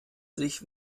sich